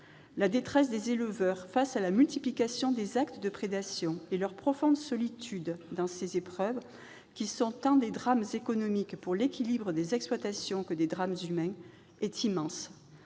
La détresse des éleveurs face à la multiplication des actes de prédation est immense et leur solitude dans ces épreuves, qui sont autant des drames économiques pour l'équilibre des exploitations que des drames humains, est profonde.